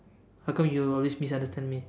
how come you always misunderstand me